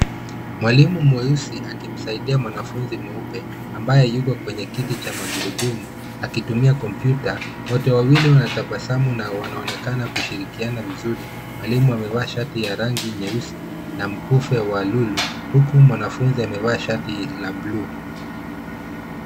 Mwalimu mweusi akimsaidia mwanafunzi mweupe ambaye yuko kwenye kiti cha magurudumu akitumia kompyuta. Wote wawili wanatabasamu na wanaonekana kushirikiana vizuri. Mwalimu amevaa shati ya rangi nyeusi na mkufu ya wa lulu huku mwanafunzi akivaa shati ya buluu.